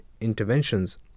interventions